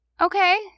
Okay